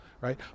right